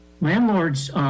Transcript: landlords